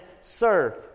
serve